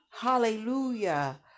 Hallelujah